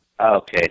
Okay